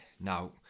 Now